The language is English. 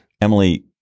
Emily